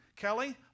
Kelly